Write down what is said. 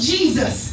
Jesus